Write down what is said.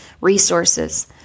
resources